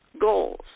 goals